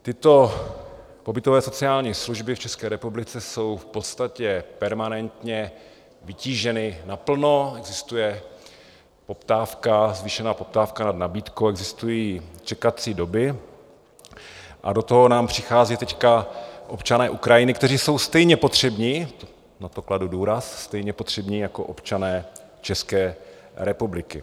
Tyto pobytové sociální služby v České republice jsou v podstatě permanentně vytíženy naplno, existuje poptávka, zvýšená poptávka nad nabídkou, existují čekací doby, a do toho nám přicházejí teď občané Ukrajiny, kteří jsou stejně potřební na to kladu důraz, stejně potřební jako občané České republiky.